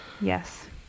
Yes